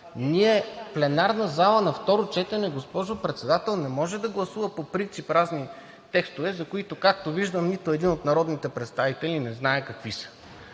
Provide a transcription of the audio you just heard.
Ние, пленарната зала, на второ четене, госпожо Председател, не може да гласува по принцип разни текстове, за които, както виждам, нито един от народните представители не знае какви са.